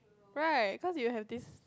right cause you have this